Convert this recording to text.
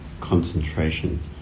concentration